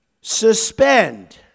Suspend